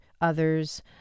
others